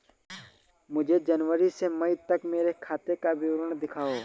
मुझे जनवरी से मई तक मेरे खाते का विवरण दिखाओ?